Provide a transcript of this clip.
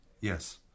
Yes